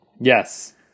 Yes